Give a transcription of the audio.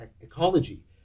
ecology